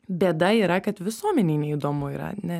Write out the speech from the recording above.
bėda yra kad visuomenei neįdomu yra ne